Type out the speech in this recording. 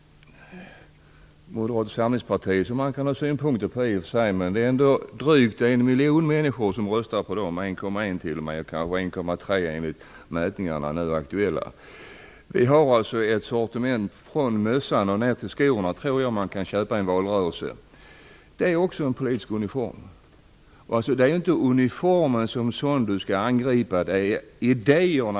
Man kan i och för sig ha synpunkter på Moderata samlingspartiet, men det är ändå drygt en miljon människor, kanske 1,3 enligt nu aktuella mätningar, som röstar på det partiet, och vi har ett sortiment, från mössor och ned till skor, som jag tror att man kan köpa i en valrörelse. Det är också en politisk uniform. Det är inte uniformen som sådan man skall angripa, det är idéerna.